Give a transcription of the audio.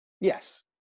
Yes